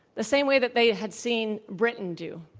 the same way that they had seen britain do.